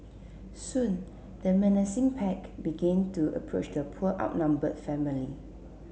soon the menacing pack began to approach the poor outnumbered family